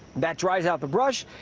that dries out the brush.